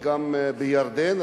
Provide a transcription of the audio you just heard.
וגם בירדן,